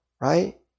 right